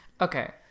okay